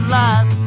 life